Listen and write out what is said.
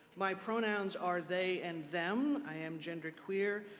my pronouns are they and them. i am genderqueer,